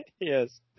Yes